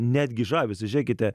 netgi žavisi žėkite